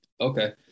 Okay